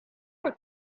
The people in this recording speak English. are